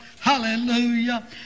hallelujah